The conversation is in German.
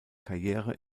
karriere